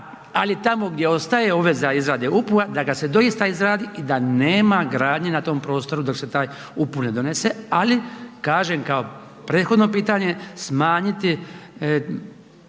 ali tamo gdje ostaje za izrade UPU-a da ga se doista izradi i da nema gradnje na tom prostoru dok se taj UPU ne donese, ali kažem kao prethodno pitanje smanjiti